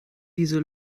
diese